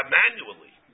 manually